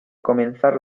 comenzar